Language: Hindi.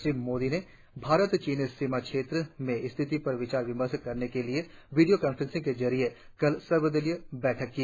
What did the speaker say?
श्री मोदी ने भारत चीन सीमा क्षेत्रों में स्थिति पर विचार विमर्श करने के लिये वीडियो कान्फ्रेंसिंग के जरिये कल सर्वदलीय बैठक की